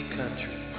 country